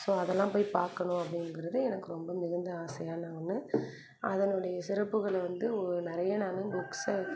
so அதெல்லாம் போய் பார்க்கணும் அப்படிங்கறது எனக்கு ரொம்ப மிகுந்த ஆசையான ஒன்று அதனுடைய சிறப்புகளை வந்து நிறைய நான் புக்ஸை